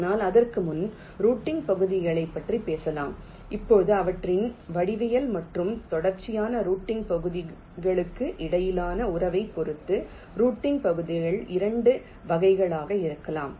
ஆனால் அதற்கு முன் ரூட்டிங் பகுதிகளைப் பற்றி பேசலாம் இப்போது அவற்றின் வடிவியல் மற்றும் தொடர்ச்சியான ரூட்டிங் பகுதிகளுக்கு இடையிலான உறவைப் பொறுத்து ரூட்டிங் பகுதிகள் 2 வகைகளாக இருக்கலாம்